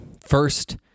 first